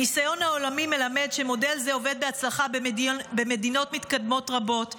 הניסיון העולמי מלמד שמודל זה עובד בהצלחה במדינות מתקדמות רבות.